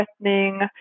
threatening